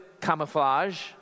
camouflage